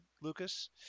Lucas